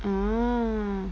mm